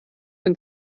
den